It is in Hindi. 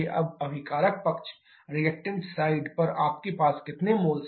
अब अभिकारक पक्ष पर आपके पास कितने मोल्स हैं